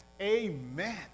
Amen